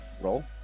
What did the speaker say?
roll